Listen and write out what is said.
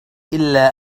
إلا